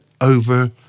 over